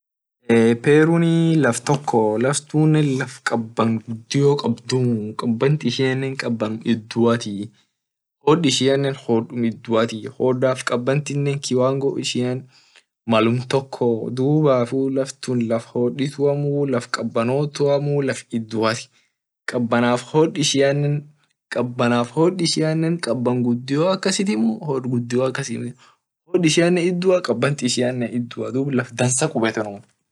Peru banentun wor dikeyo hamaa wor laft ishian kabanotuu iyo kbantii kaban gudioneamuu kaban dikeyoaa hod ishianne hod gudioamuu hod jiduati bokene unum robaa amo woga wogan robaa hunguluf kiles kas jirine hunguluf kabanatii.